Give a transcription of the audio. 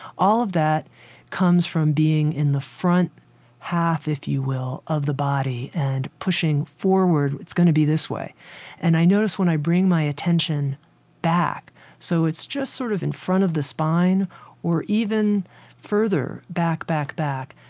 all of that comes from being in the front half, if you will, of the body and pushing forward. it's going to be this way and i notice when i bring my attention back so it's just sort of in front of the spine or even further back, back, back,